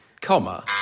comma